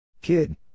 Kid